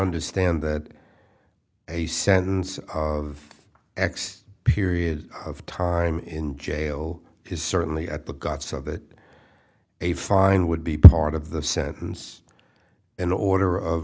understand that a sentence of x period of time in jail is certainly at the got so that a fine would be part of the sentence an order of